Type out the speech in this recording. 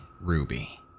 Ruby